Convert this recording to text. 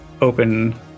open